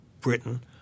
Britain